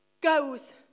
goes